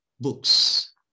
Books